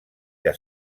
que